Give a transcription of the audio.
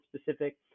specific